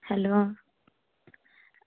hello